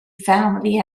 family